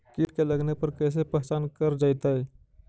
कीट के लगने पर कैसे पहचान कर जयतय?